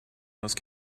must